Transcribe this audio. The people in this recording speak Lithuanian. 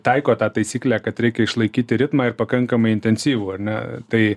taiko tą taisyklę kad reikia išlaikyti ritmą ir pakankamai intensyvų ar ne tai